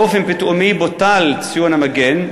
באופן פתאומי בוטל ציון המגן,